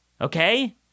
Okay